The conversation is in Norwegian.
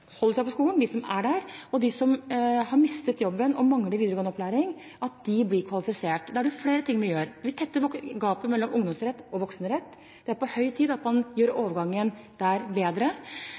seg på skolen – de som er der – og at de som har mistet jobben og mangler videregående opplæring, blir kvalifisert. Da er det flere ting vi gjør. Vi tetter gapet mellom ungdomsrett og voksenrett. Det er på høy tid at man gjør overgangen der bedre.